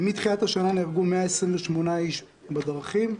מתחילת השנה נהרגו 128 אנשים בדרכים,